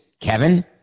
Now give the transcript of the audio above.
Kevin